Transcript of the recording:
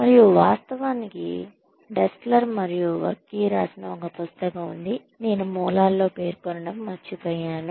మరియు వాస్తవానికి డెస్లర్ మరియు వర్కీ రాసిన ఒక పుస్తకం ఉంది నేను మూలాల్లో పేర్కొనడం మర్చిపోయాను